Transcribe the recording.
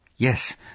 Yes